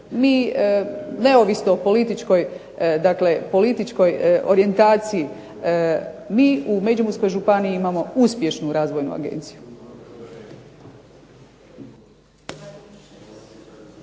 Mi neovisno o političkoj orijentaciji, mi u Međimurskoj županiji imamo uspješnu Razvojnu agenciju.